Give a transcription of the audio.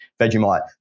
vegemite